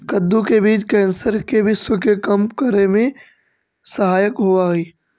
कद्दू के बीज कैंसर के विश्व के कम करे में सहायक होवऽ हइ